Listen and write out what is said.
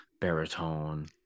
baritone